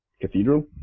cathedral